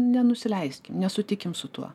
nenusileiskim nesutikimem su tuo